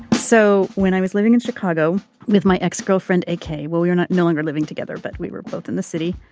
so when i was living in chicago with my ex girlfriend, okay, well, you're not no longer living together, but we were both in the city.